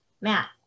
Matt